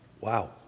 Wow